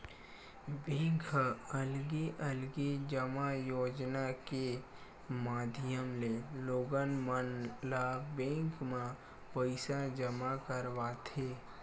bank ह अलगे अलगे जमा योजना के माधियम ले लोगन मन ल बेंक म पइसा जमा करवाथे